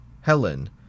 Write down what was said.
Helen